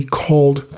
called